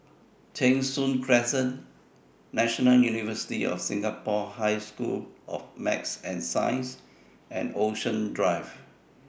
Cheng Soon Crescent National University of Singapore High School of Math and Science and Ocean Drive